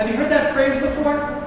heard that phrase before?